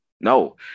No